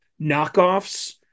knockoffs